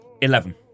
Eleven